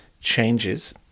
changes